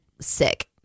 sick